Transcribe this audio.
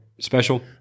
Special